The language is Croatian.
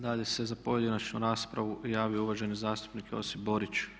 Dalje se za pojedinačnu raspravu javio uvaženi zastupnik Josip Borić.